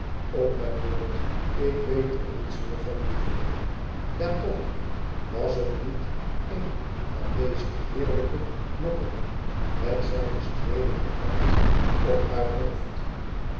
op mijn woord ik weet er niets meer van lieveling ja toch was het niet een van deze heer lijke lokken met zijne streelende hand op haar hoofd